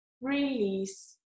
release